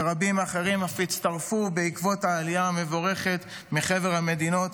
ורבים אחרים אף הצטרפו בעקבות העלייה המבורכת מחבר המדינות,